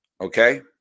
Okay